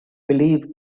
believe